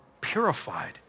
purified